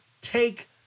take